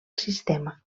sistema